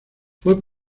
fue